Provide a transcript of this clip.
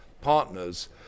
partners